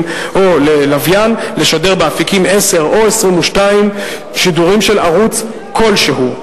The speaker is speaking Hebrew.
או לוויין לשדר באפיקים 10 או 22 שידורים של ערוץ כלשהו.